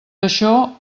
això